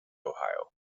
ohio